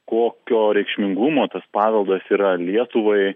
kokio reikšmingumo tas paveldas yra lietuvai